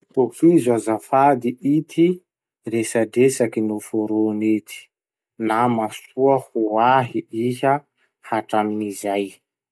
Tohizo azafady ity resadresaky noforony ity: Nama soa ho ahy iha hatraminizay.